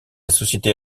société